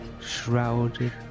shrouded